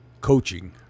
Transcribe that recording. coaching